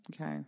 Okay